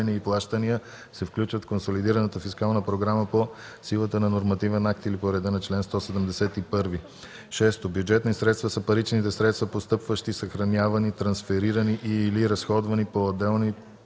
постъпления и плащания се включват в консолидираната фискална програма по силата на нормативен акт или по реда на чл. 171. 6. „Бюджетни средства” са паричните средства, постъпващи, съхранявани, трансферирани и/или разходвани по отделните бюджети.